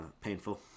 painful